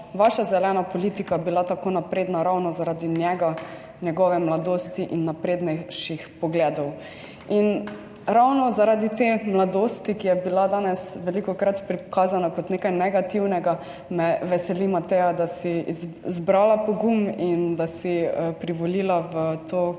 vaša zelena politika bila tako napredna ravno zaradi njega, njegove mladosti in naprednejših pogledov. In ravno zaradi te mladosti, ki je bila danes velikokrat prikazana kot nekaj negativnega, me veseli, Mateja, da si zbrala pogum in da si privolila v to